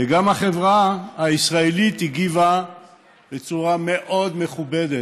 וגם החברה הישראלית הגיבה בצורה מאוד מכובדת,